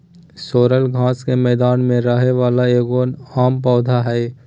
sorrel घास के मैदान में रहे वाला एगो आम पौधा हइ